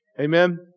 Amen